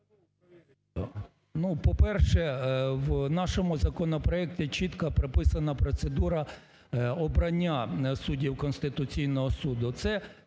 по-перше, в нашому законопроекті чітко прописана процедура обрання суддів Конституційного Суду.